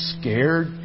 scared